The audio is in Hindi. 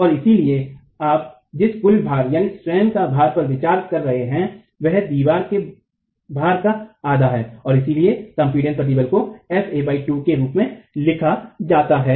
और इसलिए आप जिस कुल भार यानि स्वयं का भार पर विचार कर रहे हैं वह दीवार के भार का आधा है और इसलिए संपीड़ित प्रतिबल को fa2के रूप में लिया जाता है